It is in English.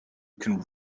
can